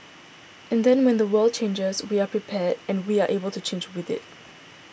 and then when the world changes we are prepared and we are able to change with it